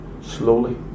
slowly